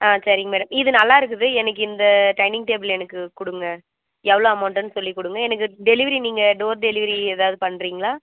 ஆ சரிங்க மேடம் இது நல்லா இருக்குது எனக்கு இந்த டைனிங் டேபிள் எனக்கு கொடுங்க எவ்வளோ அமௌண்ட்டு சொல்லி கொடுங்க எனக்கு டெலிவரி நீங்கள் டோர் டெலிவரி ஏதாவது பண்ணுறீங்களா